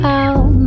out